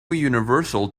universal